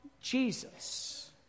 Jesus